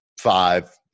five